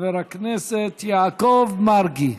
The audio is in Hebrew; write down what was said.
חבר הכנסת יעקב מרגי.